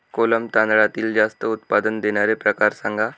कोलम तांदळातील जास्त उत्पादन देणारे प्रकार सांगा